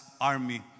army